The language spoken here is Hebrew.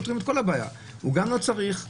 כך היינו פותרים את כל הבעיה: הוא גם לא צריך להיטלטל,